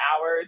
hours